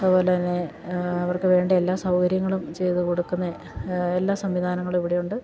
അതുപോലെതന്നെ അവർക്കു വേണ്ട എല്ലാ സൗകര്യങ്ങളും ചെയ്ത് കൊടുക്കുന്ന എല്ലാ സംവിധാനങ്ങളും ഇവിടെയുണ്ട്